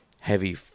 heavy